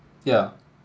yeah